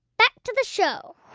back to the show